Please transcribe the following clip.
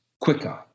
quicker